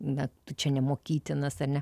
na tu čia nemokytinas ar ne